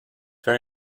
very